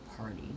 party